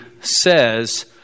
says